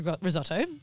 risotto